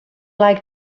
like